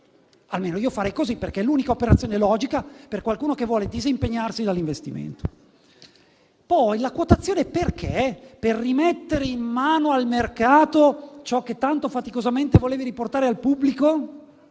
almeno farei così, perché è l'unica operazione logica per qualcuno che vuole disimpegnarsi dall'investimento. Perché poi la quotazione? Per rimettere in mano al mercato ciò che tanto faticosamente si voleva riportare al pubblico?